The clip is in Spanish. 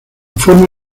forma